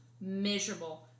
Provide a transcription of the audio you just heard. miserable